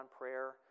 prayer